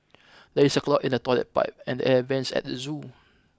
there is a clog in the toilet pipe and the air vents at the zoo